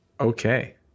Okay